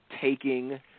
taking